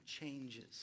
changes